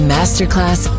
Masterclass